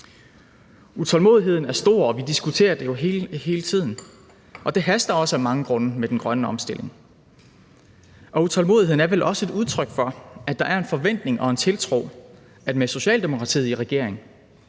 Utålmodigheden er stor, og vi diskuterer det jo hele tiden, og det haster også af mange grunde med den grønne omstilling. Utålmodigheden er vel også et udtryk for, at der er en forventning om og en tiltro til, at med Socialdemokratiet i regering